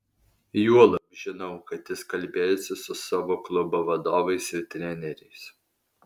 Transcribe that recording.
juolab žinau kad jis kalbėjosi su savo klubo vadovais ir treneriais